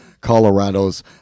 Colorado's